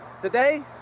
today